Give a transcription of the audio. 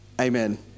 Amen